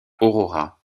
aurora